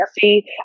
See